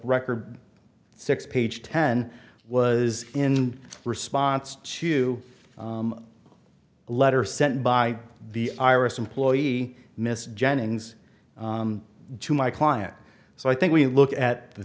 record six page ten was in response to a letter sent by the iris employee miss jennings to my client so i think we look at the